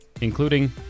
including